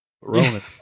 Ronan